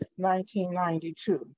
1992